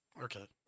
Okay